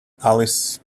alice